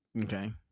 Okay